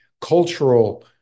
cultural